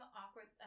awkward